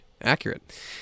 Accurate